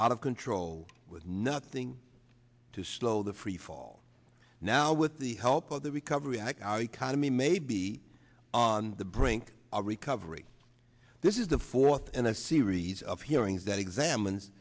out of control with nothing to slow the freefall now with the help of the recovery act our economy may be on the brink of recovery this is the fourth and a series of hearings that examines